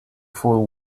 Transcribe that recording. fool